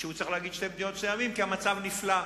שהוא צריך להגיד "שתי מדינות לשני עמים" כי המצב נפלא,